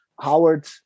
Howard